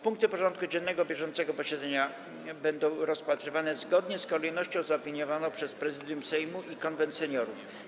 Punkty porządku dziennego bieżącego posiedzenia będą rozpatrywane zgodnie z kolejnością zaopiniowaną przez Prezydium Sejmu i Konwent Seniorów.